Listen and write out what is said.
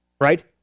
right